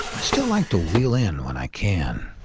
i still like to wheel in when i can.